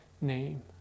name